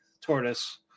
Tortoise